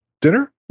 Dinner